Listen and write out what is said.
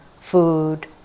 food